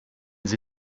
sie